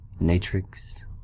Natrix